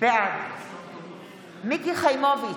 בעד מיקי חיימוביץ'